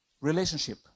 Relationship